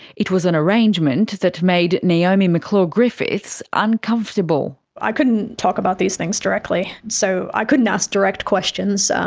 it was an arrangement that made naomi mcclure-griffiths uncomfortable. i couldn't talk about these things directly. so i couldn't ask direct questions,